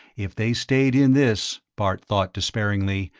if they stayed in this, bart thought despairingly,